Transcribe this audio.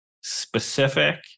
specific